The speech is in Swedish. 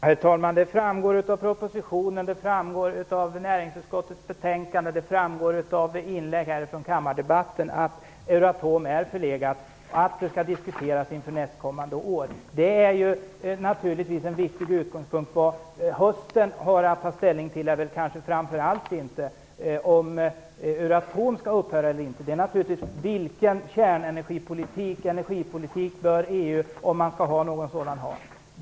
Herr talman! Det framgår av propositionen, det framgår av näringsutskottets betänkande och det framgår av inlägg här i kammardebatten att Euratom är förlegat och att det skall diskuteras inför nästkommande år. Det är naturligtvis en viktig utgångspunkt för vad vi under hösten har att ta ställning till. Men det gäller inte främst om Euratom skall upphöra eller inte. Det handlar naturligtvis om vilken energipolitik som EU bör ha, om man skall ha någon sådan.